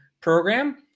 program